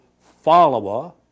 follower